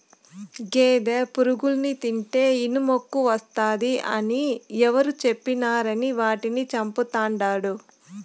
గేదె పురుగుల్ని తింటే ఇనుమెక్కువస్తాది అని ఎవరు చెప్పినారని వాటిని చంపతండాడు